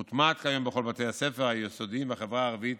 מוטמעת כיום בכל בתי הספר היסודיים בחברה הערבית